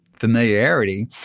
familiarity